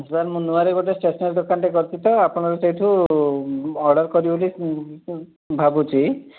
sir ମୁଁ ନୂଆରେ ଗୋଟେ ଷ୍ଟେସନାରୀ ଦୋକାନଟେ କରିଛି ତ ଆପଣର ସେଇଠୁ ଅର୍ଡ଼ର୍ କରିବ ବୋଲି ଭାବୁଛି